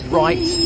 right